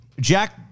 jack